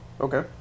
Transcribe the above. Okay